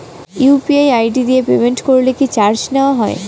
UPI ID দিয়ে payment করলে কি চার্জ নেয়া হয়?